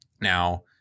now